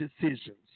decisions